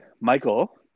Michael